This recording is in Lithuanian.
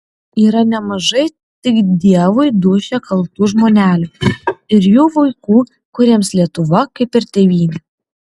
yra nemažai tik dievui dūšią kaltų žmonelių ir jų vaikų kuriems lietuva kaip ir tėvynė